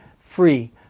free